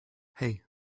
hey